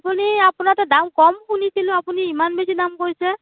আপুনি আপোনাৰ তাত দাম কম শুনিছিলোঁ আপুনি ইমান বেছি দাম কৈছে